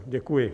Děkuji.